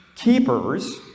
keepers